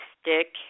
stick